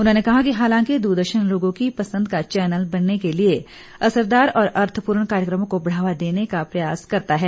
उन्होंने कहा कि हालांकि द्रदर्शन लोगों की पसंद का चैनल बनने के लिए असरदार और अर्थपूर्ण कार्यक्रमों को बढ़ावा देने का प्रयास करता है